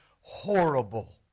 horrible